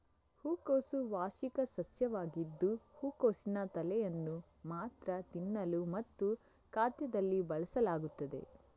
ಹೂಕೋಸು ವಾರ್ಷಿಕ ಸಸ್ಯವಾಗಿದ್ದು ಹೂಕೋಸಿನ ತಲೆಯನ್ನು ಮಾತ್ರ ತಿನ್ನಲು ಮತ್ತು ಖಾದ್ಯದಲ್ಲಿ ಬಳಸಲಾಗುತ್ತದೆ